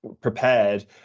prepared